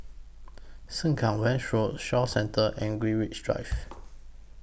Sengkang West Road Shaw Centre and Greenwich Drive